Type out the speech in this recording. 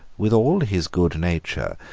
with all his goodnature,